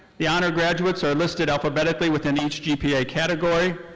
the honor graduates are listed alphabetically within each gpa category.